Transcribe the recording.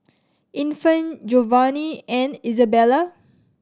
Infant Jovanni and Isabela